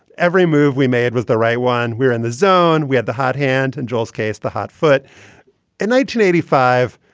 every move we made was the right one. we're in the zone. we had the hot hand and joel's case, the hot foot in nineteen eighty five.